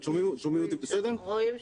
אנחנו עדיין לא יודעים,